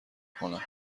کنم